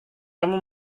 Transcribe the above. kamu